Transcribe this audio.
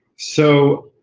so,